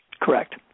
Correct